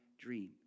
dream